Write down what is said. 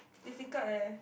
difficult eh